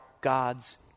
God's